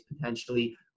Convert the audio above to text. potentially